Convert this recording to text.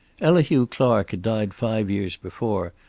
elihu clark had died five years before,